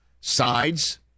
sides